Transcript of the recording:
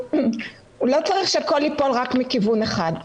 הוא לא צריך שהכול ייפול רק מכיוון אחד.